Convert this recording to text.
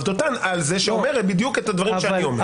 דותן על זה שאומר בדיוק את הדברים שאני אומר.